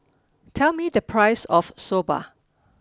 tell me the price of Soba